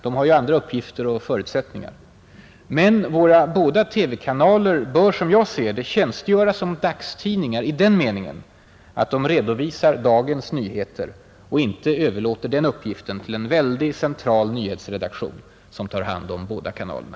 De har ju andra uppgifter och förutsättningar. Men våra två TV-kanaler bör, som jag ser det, tjänstgöra som ”dagstidningar” i den meningen att de redovisar dagens nyheter och inte överlåter den uppgiften till en väldig central nyhetsredaktion som tar hand om båda kanalerna.